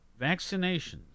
Vaccinations